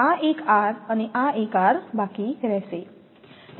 આ એક R અને આ એક r બાકી રહેશે